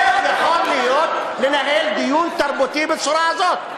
איך יכול להיות דיון תרבותי בצורה הזאת?